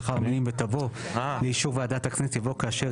לאחר המילים 'ותבוא לאישור ועדת הכנסת' יבוא 'כאשר